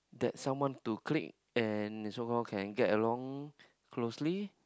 that someone to click and they so call can get along closely